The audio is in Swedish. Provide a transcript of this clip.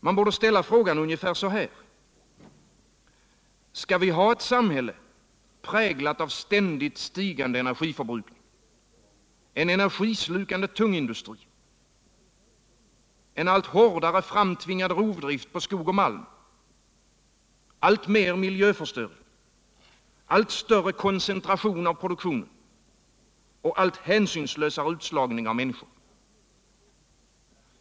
Man borde ställa frågan ungefär så här: Skall vi ha ett samhälle, präglat av ständigt stigande energiförbrukning, en energislukande tung industri, en allt hårdare rovdrilft på skog och malm, alltmer miljöförstöring, allt större koncentration av produktionen och allt hänsynslösare utslagning av människor?